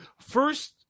first